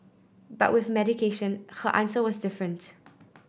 but with medication her answer was different